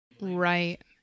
Right